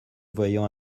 voyant